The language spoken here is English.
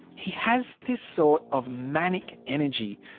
he has this sort of manic energy.